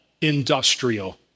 Industrial